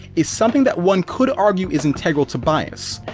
is something that one could argue is integral to bias.